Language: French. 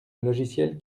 logiciel